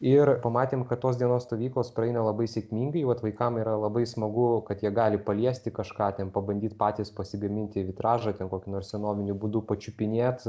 ir pamatėm kad tos dienos stovyklos praeina labai sėkmingai vat vaikam yra labai smagu kad jie gali paliesti kažką ten pabandyt patys pasigaminti vitražą ten kokiu nors senoviniu būdu pačiupinėt